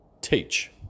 teach